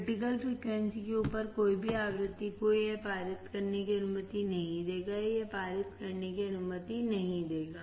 critical frequency के ऊपर कोई भी आवृत्ति को यह पारित करने की अनुमति नहीं देगा यह पारित करने की अनुमति नहीं देगा